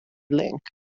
link